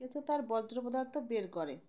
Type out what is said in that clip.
কেঁচো তার বজ্র্য পদার্থ বের করে